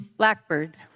Blackbird